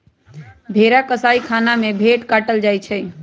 भेड़ा कसाइ खना में भेड़ काटल जाइ छइ